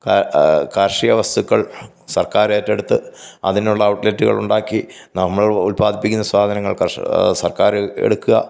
കർഷിക വസ്തുക്കൾ സർക്കാരേറ്റെടുത്ത് അതിനുള്ള ഔട്ട്ലെറ്റുകളുണ്ടാക്കി നമ്മൾ ഉൽപ്പാദിപ്പിക്കുന്ന സാധനങ്ങൾ കർഷകർ സർക്കാർ എടുക്കുക